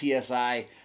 PSI